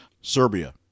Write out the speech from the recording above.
Serbia